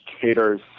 caters